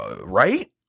right